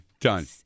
done